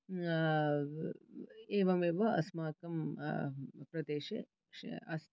एवमेव अस्माकं प्रदेशे अस्ति